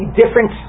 different